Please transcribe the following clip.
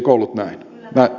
näin oli